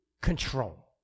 control